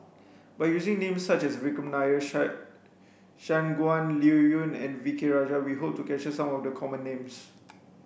by using name such as Vikram Nair Shangguan Liuyun and V K Rajah we hope to capture some of the common names